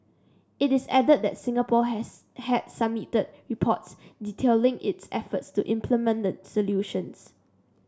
it is added that Singapore has had submitted reports detailing its efforts to implement the resolutions